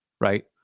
right